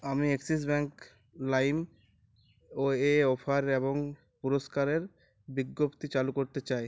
আমি Axis bank Lime ও এ অফার এবং পুরস্কারের বিজ্ঞপ্তি চালু করতে চাই